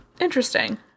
Interesting